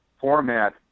format